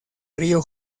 río